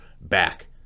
back